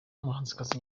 umuhanzikazi